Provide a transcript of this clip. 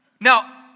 Now